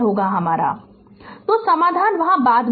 Refer slide time 1635 तो समाधान वहाँ बाद में है